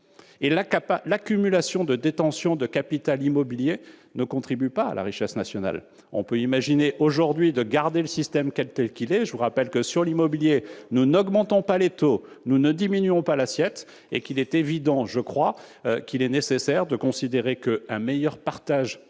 L'accumulation de détention de capital immobilier ne contribue pas à la richesse nationale. On peut imaginer aujourd'hui de garder le système tel qu'il est. Je vous rappelle que, sur l'immobilier, nous n'augmentons pas les taux et nous ne diminuons pas l'assiette. Pour nous, il est indispensable de considérer qu'un meilleur partage de